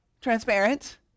transparent